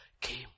came